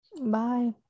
Bye